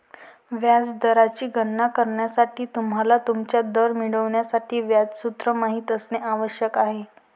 व्याज दराची गणना करण्यासाठी, तुम्हाला तुमचा दर मिळवण्यासाठी व्याज सूत्र माहित असणे आवश्यक आहे